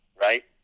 right